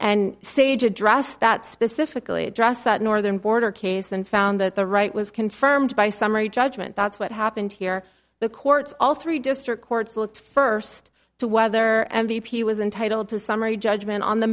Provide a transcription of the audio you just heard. and stage address that specifically address that northern border case then found that the right was confirmed by summary judgment that's what happened here the courts all three district courts looked first to whether m b p was entitled to summary judgment on the